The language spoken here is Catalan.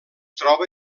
troba